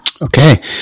Okay